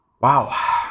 wow